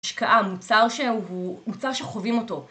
השקעה, מוצר שהוא, מוצר שחווים אותו.